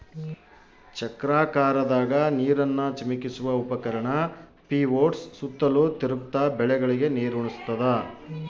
ಚಕ್ರಾಕಾರದಾಗ ನೀರನ್ನು ಚಿಮುಕಿಸುವ ಉಪಕರಣ ಪಿವೋಟ್ಸು ಸುತ್ತಲೂ ತಿರುಗ್ತ ಬೆಳೆಗಳಿಗೆ ನೀರುಣಸ್ತಾದ